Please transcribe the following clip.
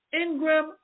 Ingram